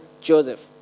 Joseph